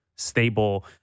stable